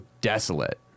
desolate